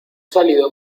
salido